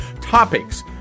Topics